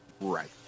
Right